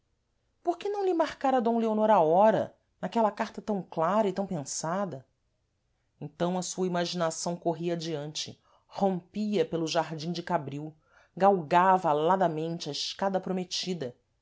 rosário porque não lhe marcara d leonor a hora naquela carta tam clara e tam pensada então a sua imaginação corria adiante rompia pelo jardim de cabril galgava aladamente a escada prometida e